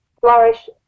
flourish